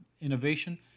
innovation